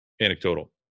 anecdotal